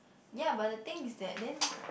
ya but the thing is that then